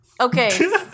Okay